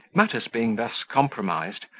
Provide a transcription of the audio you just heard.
matters being thus compromised,